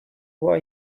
what